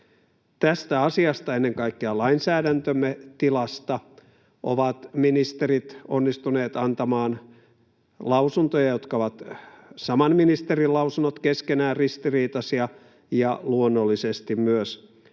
Tästä asiasta, ennen kaikkea lainsäädäntömme tilasta, ovat ministerit onnistuneet antamaan sellaisia lausuntoja, että samankin ministerin lausunnot ovat keskenään ristiriitaisia, joten lausunnot